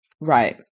right